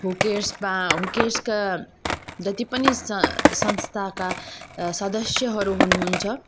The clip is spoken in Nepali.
हु केयर्समा अब हु केयर्सका जति पनि स संस्थाका सदस्यहरू हुनुहुन्छ